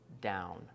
down